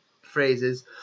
phrases